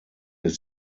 ist